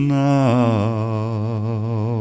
now